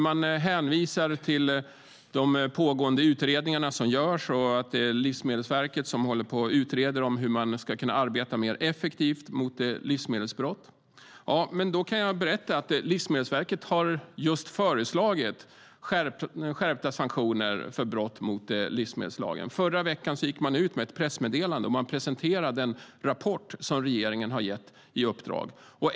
Man hänvisar till pågående utredningar och säger att Livsmedelsverket håller på att utreda hur man ska kunna arbeta mer effektivt mot livsmedelsbrott. Då kan jag berätta att Livsmedelsverket just har föreslagit skärpta sanktioner vid brott mot livsmedelslagen. Förra veckan gick man ut med ett pressmeddelande och presenterade en rapport som regeringen hade gett uppdrag om.